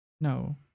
No